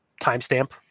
timestamp